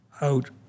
out